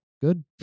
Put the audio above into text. good